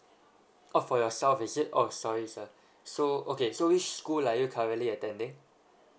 oh for yourself is it oh sorry sir so okay so which school are you currently attending